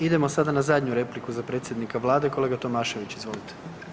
Idemo sada na zadnju repliku za predsjednika Vlade, kolega Tomašević, izvolite.